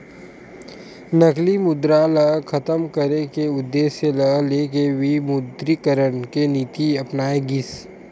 नकली मुद्रा ल खतम करे के उद्देश्य ल लेके विमुद्रीकरन के नीति अपनाए गिस